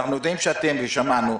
אנחנו יודעים עליכם ושמענו.